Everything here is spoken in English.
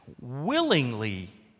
willingly